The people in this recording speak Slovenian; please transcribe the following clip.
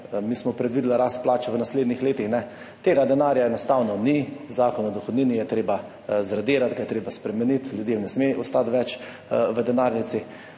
mi smo predvideli rast plač v naslednjih letih – tega denarja enostavno ni, Zakon o dohodnini je treba zradirati, ga je treba spremeniti, ljudem ne sme ostati več v denarnici.